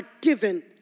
given